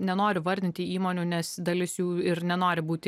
nenoriu vardinti įmonių nes dalis jų ir nenori būti